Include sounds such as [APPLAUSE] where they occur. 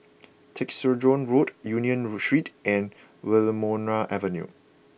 [NOISE] Tessensohn Road Union Street and Wilmonar Avenue